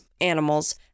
animals